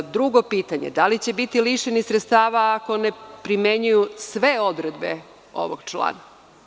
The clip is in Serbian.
Drugo pitanje, da li će biti lišeni sredstava ako ne primenjuju sve odredbe ovog člana?